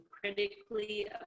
critically